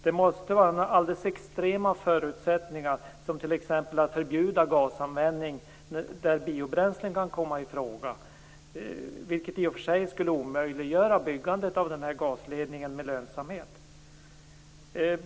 Det måste i så fall vara fråga om några alldeles extrema förutsättningar som t.ex. att förbjuda gasanvändning där biobränslen kan komma ifråga, vilket i och för sig skulle omöjliggöra byggandet av denna gasledning med lönsamhet.